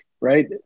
Right